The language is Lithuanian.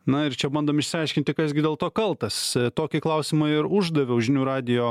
na ir čia bandom išsiaiškinti kas gi dėl to kaltas tokį klausimą ir uždaviau žinių radijo